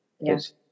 yes